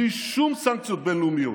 בלי שום סנקציות בין-לאומיות.